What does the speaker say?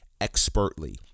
expertly